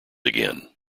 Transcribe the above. again